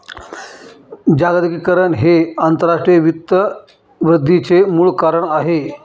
जागतिकीकरण हे आंतरराष्ट्रीय वित्त वृद्धीचे मूळ कारण आहे